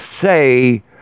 say